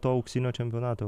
to auksinio čempionato